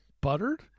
Buttered